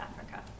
Africa